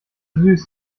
süß